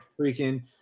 freaking